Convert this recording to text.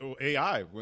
AI